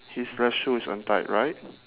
his left shoe is untied right